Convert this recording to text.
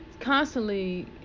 constantly